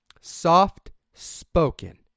Soft-spoken